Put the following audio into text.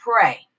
pray